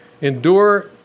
Endure